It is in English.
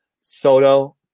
Soto